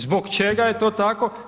Zbog čega je to tako?